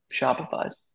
Shopify's